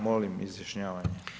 Molim izjašnjavanje.